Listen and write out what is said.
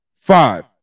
Five